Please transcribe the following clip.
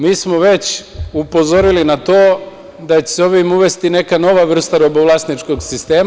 Mi smo već upozorili na to da će se ovim uvesti neka nova vrsta robovlasničkog sistema.